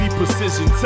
precision